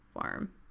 farm